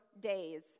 days